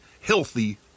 healthy